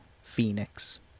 phoenix